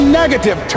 negative